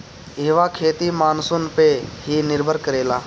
इहवा खेती मानसून पअ ही निर्भर करेला